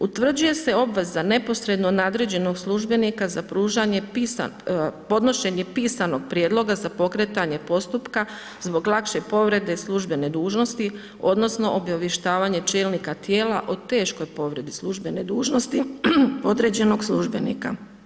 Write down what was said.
Utvrđuje se obveza neposredno nadređenog službenika za pružanje, podnošenje pisanog prijedloga za pokretanje postupaka zbog lakše povrede službene dužnosti, odnosno, obavještavanje čelnika tijela, o teškoj povredi službene dužnosti, određenog službenika.